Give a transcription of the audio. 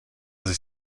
sich